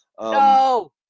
No